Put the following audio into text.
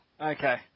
Okay